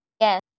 Yes